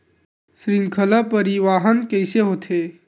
श्रृंखला परिवाहन कइसे होथे?